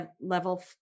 level